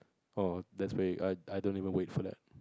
oh that's pretty I I don't even wait for that